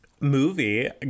movie